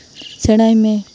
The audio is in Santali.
ᱥᱮᱬᱟᱭ ᱢᱮ